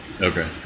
Okay